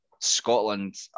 Scotland